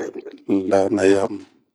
Lanayamu.